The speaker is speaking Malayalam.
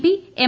P M